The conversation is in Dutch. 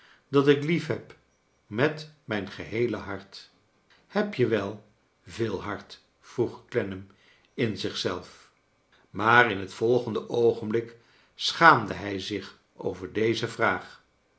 dafc ik liefheb met mijn geheele hart heb je wel veel hart vroeg clennam in zich zelf maar in het volgende oogenblik schaamde hij zich over deze vraag